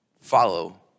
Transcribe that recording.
follow